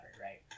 right